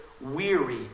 weary